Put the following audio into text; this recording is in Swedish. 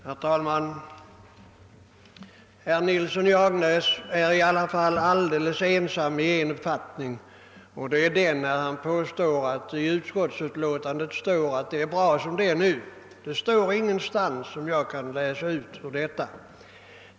Herr talman! Herr Nilsson i Agnäs är i alla fall alldeles ensam i en uppfattning, och det är när han påstår att det i utskottsutlåtandet står att allt är bra som det är. Det står ingenstans efter vad jag kan finna.